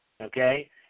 Okay